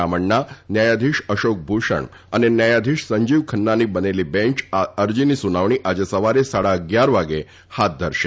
રામણણા ન્યાયાધીશ અશોક ભૂષણ અને ન્યાયાધીશ સંજીવ ખન્નાની બનેલી બેંચ આ અરજીની સુનાવણી આજે સવારે સાડા અગીયાર વાગે હાથ ધરશે